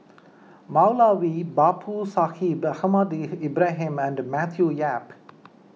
Moulavi Babu Sahib Ahmad Ibrahim and Matthew Yap